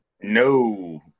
No